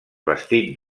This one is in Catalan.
bastit